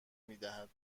میدهد